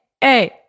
hey